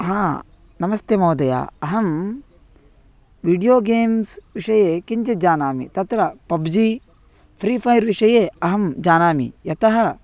हा नमस्ते महोदय अहं वीडियो गेम्स् विषये किञ्चिद् जानामि तत्र पब्जि फ़्री फ़ैर् विषये अहं जानामि यतः